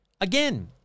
again